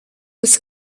was